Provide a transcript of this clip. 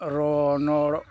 ᱨᱚᱱᱚᱲ